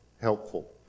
helpful